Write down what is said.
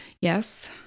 yes